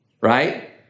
Right